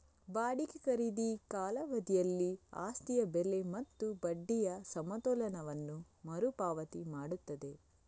ಬಾಡಿಗೆ ಖರೀದಿ ಕಾಲಾವಧಿಯಲ್ಲಿ ಆಸ್ತಿಯ ಬೆಲೆ ಮತ್ತು ಬಡ್ಡಿಯ ಸಮತೋಲನವನ್ನು ಮರು ಪಾವತಿ ಮಾಡುತ್ತದೆ